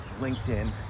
LinkedIn